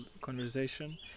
conversation